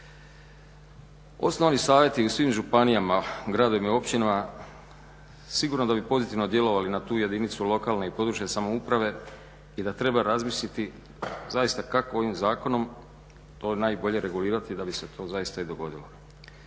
Osnovani savjeti u svim županijama, gradovima i općinama sigurno da bi pozitivno djelovali na tu jedinicu lokalne i područne samouprave i da treba razmisliti zaista kako ovim zakonom to najbolje regulirati da bi se to zaista i dogodilo.